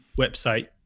website